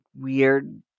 Weird